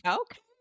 okay